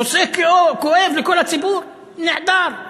נושא כואב לכל הציבור נעדר,